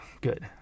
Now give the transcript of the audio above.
Good